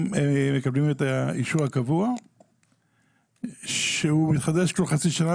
הם מקבלים את האישור הקבוע שהוא מתחדש כל חצי שנה,